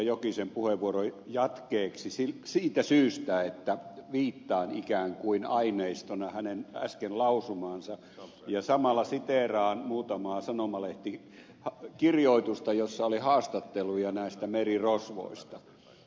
jokisen puheenvuoron jatkeeksi siitä syystä että viittaan ikään kuin aineistona hänen äsken lausumaansa ja samalla siteeraan muutamaa sanomalehtikirjoitusta joissa oli haastatteluja näistä merirosvoista